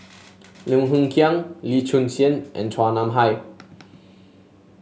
Lim Hng Kiang Lee Choon Seng and Chua Nam Hai